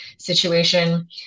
situation